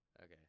Okay